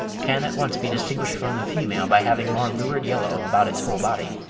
can at once be distinguished from the female by having more lurid yellow about its whole body.